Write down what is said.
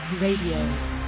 Radio